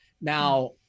Now